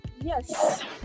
Yes